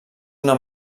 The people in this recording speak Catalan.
una